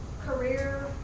career